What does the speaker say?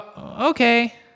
okay